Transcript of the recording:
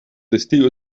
testigo